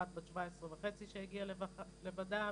אחת בת 17 וחצי שהגיעה לבדה,